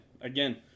Again